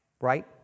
Right